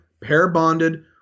pair-bonded